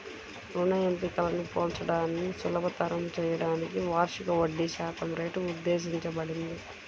రుణ ఎంపికలను పోల్చడాన్ని సులభతరం చేయడానికి వార్షిక వడ్డీశాతం రేటు ఉద్దేశించబడింది